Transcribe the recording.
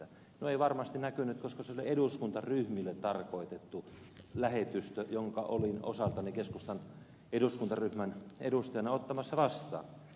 no ei varmasti näkynyt koska se oli eduskuntaryhmille tarkoitettu lähetystö jonka olin osaltani keskustan eduskuntaryhmän edustajana ottamassa vastaan